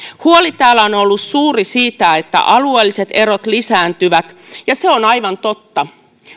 täällä on ollut suuri huoli siitä että alueelliset erot lisääntyvät ja se on aivan totta